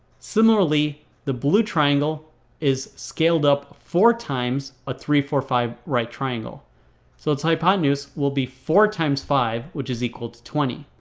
similarly the blue triangle is scaled up four times a three four five right triangle so its hypotenuse will be four times five which is equal to twenty.